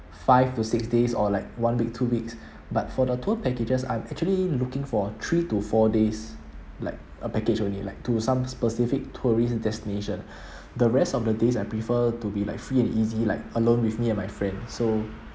five to six days or like one week two weeks but for the tour packages I'm actually looking for three to four days like a package only like to some specific tourist destination the rest of the days I prefer to be like free and easy like alone with me and my friend so